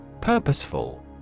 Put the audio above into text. Purposeful